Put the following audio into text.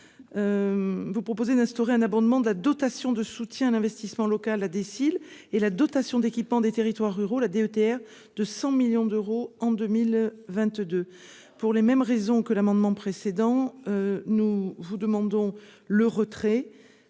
vous proposer d'instaurer un abondement de la dotation de soutien à l'investissement local a déciles et la dotation d'équipement des territoires ruraux, la DETR de 100 millions d'euros en 2022 pour les mêmes raisons que l'amendement précédent, nous vous demandons le retrait,